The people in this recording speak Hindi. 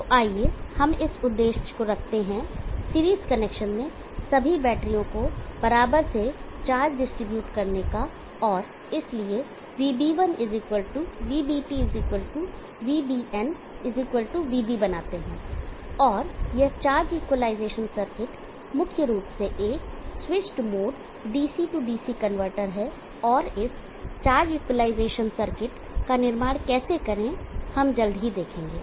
तो आइए हम उद्देश्य को रखते हैं सीरीज कनेक्शन में सभी बैटरियों को बराबर से चार्ज डिस्ट्रीब्यूट करने का और इसलिए VB1 VB2 VBn VB बनाते हैं और यह चार्ज इक्वलाइजेशन सर्किट मुख्य रूप से एक switched mode DC DC converter है और इस चार्ज इक्वलाइजेशन सर्किट का निर्माण कैसे करें हम जल्द ही देखेंगे